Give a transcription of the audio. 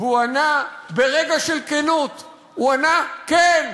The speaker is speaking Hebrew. והוא ענה, ברגע של כנות, הוא ענה: כן.